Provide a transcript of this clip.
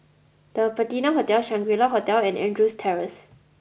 the Patina Hotel Shangri La Hotel and Andrews Terrace